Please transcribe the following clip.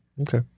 Okay